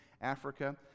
Africa